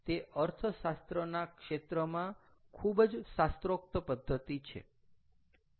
તે અર્થશાસ્ત્રના ક્ષેત્રમાં ખૂબ જ શાસ્ત્રોક્ત પદ્ધતિ છે